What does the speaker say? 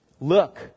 Look